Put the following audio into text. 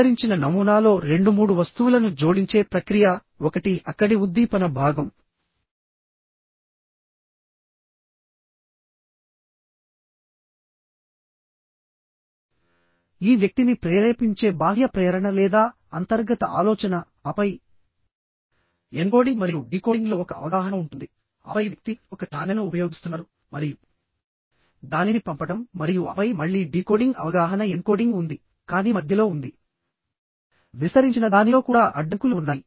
విస్తరించిన నమూనాలో రెండు మూడు వస్తువులను జోడించే ప్రక్రియ ఒకటి అక్కడి ఉద్దీపన భాగం ఈ వ్యక్తిని ప్రేరేపించే బాహ్య ప్రేరణ లేదా అంతర్గత ఆలోచన ఆపై ఎన్కోడింగ్ మరియు డీకోడింగ్లో ఒక అవగాహన ఉంటుంది ఆపై వ్యక్తి ఒక ఛానెల్ను ఉపయోగిస్తున్నారు మరియు దానిని పంపడం మరియు ఆపై మళ్ళీ డీకోడింగ్ అవగాహన ఎన్కోడింగ్ ఉంది కానీ మధ్యలో ఉంది విస్తరించిన దానిలో కూడా అడ్డంకులు ఉన్నాయి